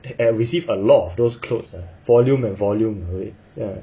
and received a lot of those clothes lah volume and volume to it ya